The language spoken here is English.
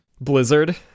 Blizzard